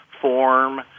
form